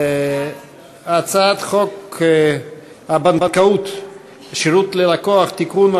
הצעת חוק הבנקאות (שירות ללקוח) (תיקון,